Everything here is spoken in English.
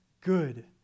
good